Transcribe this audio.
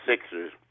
Sixers